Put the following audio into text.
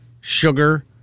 sugar